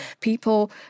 people